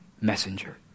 messenger